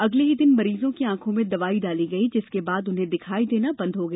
अगले ही दिन मरीजों की आंखों में दवाई डाली गई जिसके बाद उन्हें दिखाई देना बन्द हो गया